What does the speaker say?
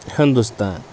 Hindustan